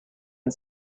and